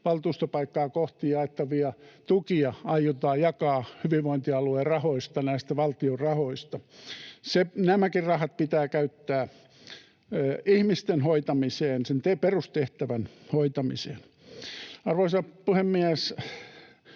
jopa 6 000 euron suuruisia tukia aiotaan jakaa hyvinvointialueen rahoista, näistä valtion rahoista. Nämäkin rahat pitää käyttää ihmisten hoitamiseen, sen perustehtävän hoitamiseen. Arvoisa puhemies!